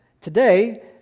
today